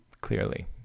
clearly